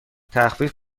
تخفیف